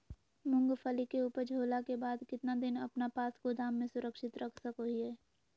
मूंगफली के ऊपज होला के बाद कितना दिन अपना पास गोदाम में सुरक्षित रख सको हीयय?